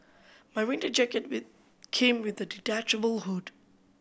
my winter jacket came with a detachable hood